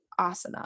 asana